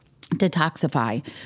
detoxify